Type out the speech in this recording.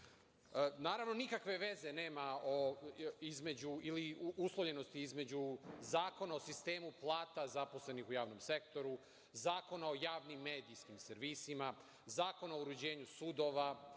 povezana. Naravno, nikakve veze nema ili uslovljenosti između Zakona o sistemu plata zaposlenih u javnom sektoru, Zakona o javnim medijskim servisima, Zakona o uređenju sudova,